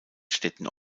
städten